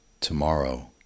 Tomorrow